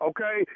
Okay